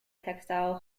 textile